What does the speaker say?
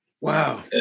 Wow